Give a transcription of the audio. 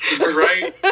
Right